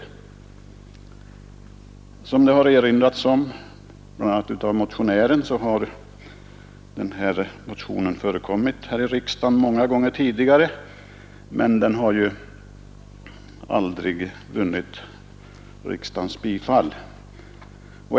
Som det har erinrats om av motionären, har motionen förekommit här i riksdagen många gånger tidigare, men den har aldrig vunnit riksdagens bifall.